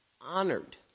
honored